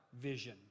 vision